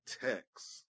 text